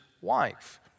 wife